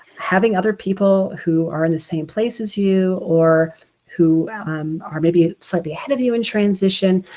having other people who are in the same place as you or who um are maybe slightly ahead of you in transition,